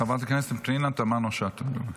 חברת הכנסת פנינה תמנו שטה, בבקשה.